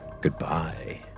goodbye